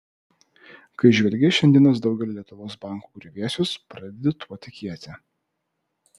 kai žvelgi į šiandienos daugelio lietuvos bankų griuvėsius pradedi tuo tikėti